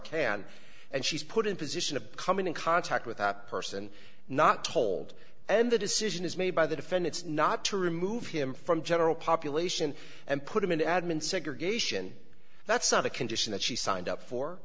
can and she's put in position of coming in contact with that person not told and the decision is made by the defendants not to remove him from general population and put him in admin segregation that's not a condition that she signed up for